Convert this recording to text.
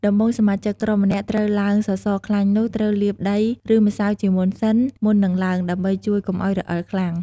ដំបូងសមាជិកក្រុមម្នាក់ត្រូវឡើងសសរខ្លាញ់នោះត្រូវលាបដីឬម្សៅជាមុនសិនមុននឹងឡើង ដើម្បីជួយកុំអោយរអិលខ្លាំង។